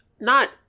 Not-